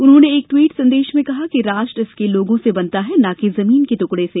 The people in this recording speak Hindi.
उन्होंने एक ट्वीट संदेश में कहा कि राष्ट्र इसके लोगों से बनता है न कि जमीन के टुकड़े से